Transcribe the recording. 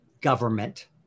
government